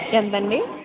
ఎంత అండి